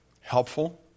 helpful